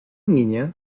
niña